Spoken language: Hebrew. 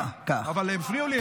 אבל הם הפריעו לי.